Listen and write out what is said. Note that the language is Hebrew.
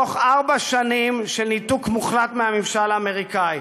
תוך ארבע שנים של ניתוק מוחלט מהממשל האמריקני,